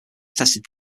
tested